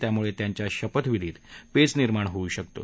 त्यामुळं त्यांच्या शपथविधीत पेच निर्माण होऊ शकतो